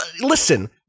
Listen